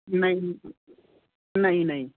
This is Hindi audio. नहीं नहीं नहीं